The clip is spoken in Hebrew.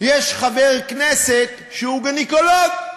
יש חבר כנסת שהוא גינקולוג.